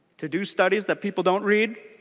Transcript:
to do studies that people don't read.